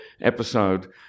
episode